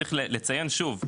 צריך לציין שוב,